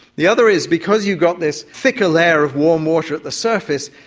the other is because you've got this thicker layer of warm water at the surface,